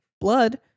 blood